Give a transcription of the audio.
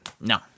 no